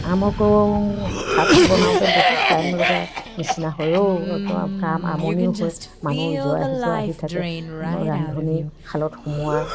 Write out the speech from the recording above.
আৰম্ভ কৰোঁ শাক বনাওঁতে বহুত টাইম লগা নিচিনা হয় ঔ একদম কাম আমনিও হয় মানুহ ইযোৰা সিযোৰা আহি থাকে ৰান্ধনী শালত সোমোৱা